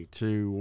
two